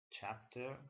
chapter